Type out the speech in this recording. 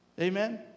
Amen